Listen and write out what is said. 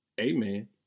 Amen